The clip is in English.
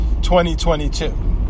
2022